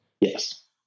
yes